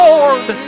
Lord